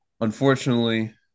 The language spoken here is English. Unfortunately